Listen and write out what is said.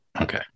Okay